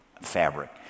fabric